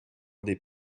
des